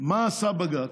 מה עשה בג"ץ,